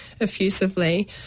effusively